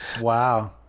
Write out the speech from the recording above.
Wow